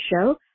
show